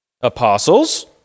Apostles